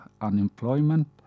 unemployment